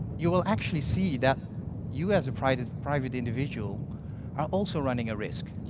you will actually see that you as a private private individual are also running a risk,